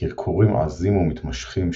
קרקורים עזים ומתמשכים,